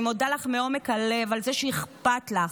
אני מודה לך מעומק הלב על זה שאכפת לך,